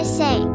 say